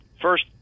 first